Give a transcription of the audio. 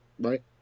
right